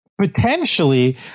Potentially